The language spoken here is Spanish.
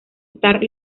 star